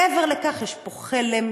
מעבר לכך, יש פה חלם.